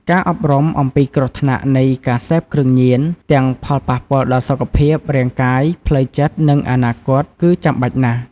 ការអប់រំអំពីគ្រោះថ្នាក់នៃការសេពគ្រឿងញៀន ទាំងផលប៉ះពាល់ដល់សុខភាព រាងកាយ ផ្លូវចិត្ត និងអនាគត គឺចាំបាច់ណាស់។